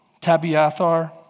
Tabiathar